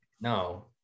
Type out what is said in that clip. No